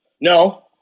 no